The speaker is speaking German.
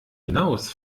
hinaus